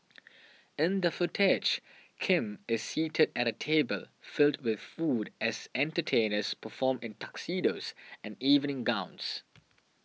in that footage Kim is seated at a table filled with food as entertainers perform in tuxedos and evening gowns